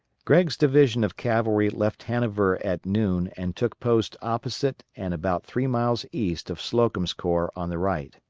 gregg's division of cavalry left hanover at noon and took post opposite and about three miles east of slocum's corps on the right.